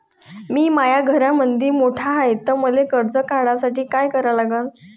मी माया घरामंदी मोठा हाय त मले कर्ज काढासाठी काय करा लागन?